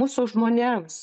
mūsų žmonėms